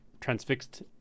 transfixed